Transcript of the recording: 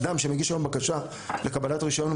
אדם שמגיש היום בקשה לקבלת רישיון,